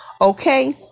Okay